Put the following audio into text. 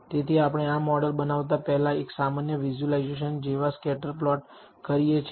તેથી આપણે આ મોડલ બનાવતા પહેલા એક સામાન્ય અને વિઝ્યુલાઇઝેશન જેવા સ્કેટર પ્લોટ કરીએ છીએ